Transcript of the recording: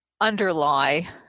underlie